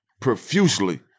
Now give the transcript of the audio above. profusely